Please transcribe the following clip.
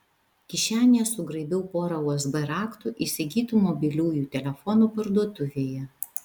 kišenėje sugraibiau porą usb raktų įsigytų mobiliųjų telefonų parduotuvėje